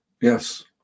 Yes